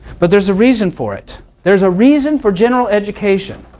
but there's a reason for it. there's a reason for general education.